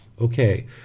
Okay